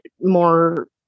more